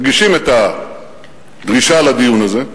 מגישים את הדרישה לדיון הזה,